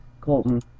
Colton